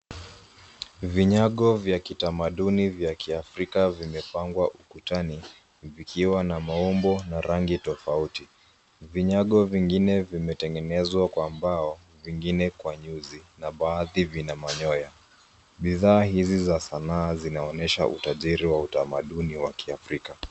Vinyago vya kitamaduni vya kiafrika vimepangwa ukutani, vikiwa na maumbo na rangi tofauti. Vinyago vingine vimetengenezwa kwa mbao vingine kwa nyuzi na baadhi vina manyoya. Bidhaa hizi za sanaa zinaonyesha utajiri wa utamaduni wa kiafrika.